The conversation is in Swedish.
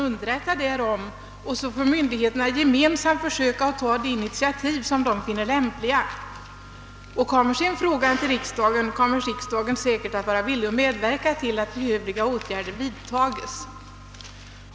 Sedan = får myndigheterna gemensamt försöka ta de initiativ som de finner lämpliga. Kommer sedan frågan till riksdagen är riksdagen säkerligen villig att medverka till att behövliga åtgärder vidtages.